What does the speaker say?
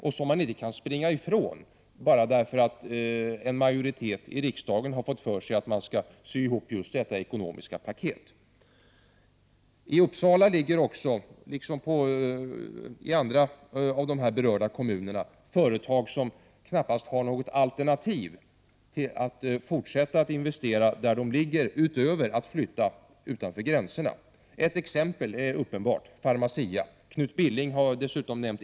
Man kan inte springa ifrån avgiften, därför att en majoritet i riksdagen har fått för sig att den skall sy ihop just detta ekonomiska paket. I Uppsala finns det, liksom i andra berörda kommuner, företag som knappast har mer än två alternativ: Antingen får företagen investera där de redan har verksamhet eller också får de flytta verksamheten utanför landets gränser. Ett exempel i det sammanhanget är Pharmacia. Knut Billing nämnde också Ericsson.